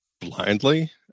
blindly